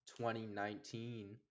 2019